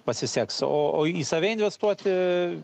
pasiseks o o į save investuoti